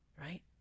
right